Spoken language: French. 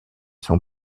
son